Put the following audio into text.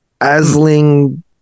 Asling